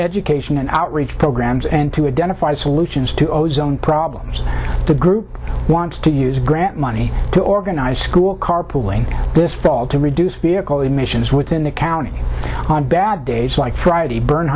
education and outreach programs and to identify solutions to ozone problems the group wants to use grant money to organize school carpooling this fall to reduce vehicle emissions within the county on bad days like friday bern